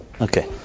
Okay